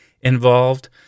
involved